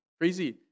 crazy